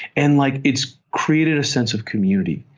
and like it's created a sense of community,